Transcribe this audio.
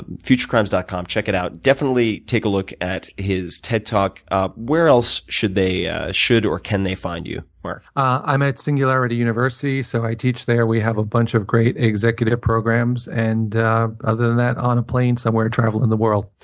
futurecrimes dot com. check it out. definitely take a look at his ted talk. ah where else should ah or can they find you, marc? i'm at singularity university. so i teach there. we have a bunch of great executive programs. and other than that, on a plane somewhere, traveling the world.